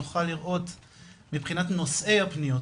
נוכל לראות מבחינת נושאי הפניות,